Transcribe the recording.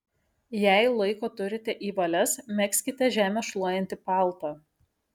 jei laiko turite į valias megzkite žemę šluojantį paltą